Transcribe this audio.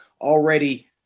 already